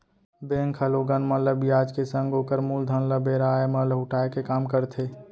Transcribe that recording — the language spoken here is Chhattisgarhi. बेंक ह लोगन मन ल बियाज के संग ओकर मूलधन ल बेरा आय म लहुटाय के काम करथे